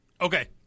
Okay